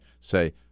say